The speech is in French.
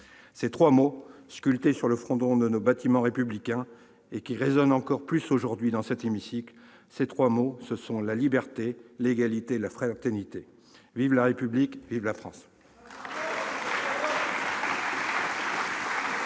ces trois mots sculptés sur le fronton de nos bâtiments républicains et qui résonnent plus encore aujourd'hui, dans cet hémicycle : la liberté, l'égalité, la fraternité. Vive la République, vive la France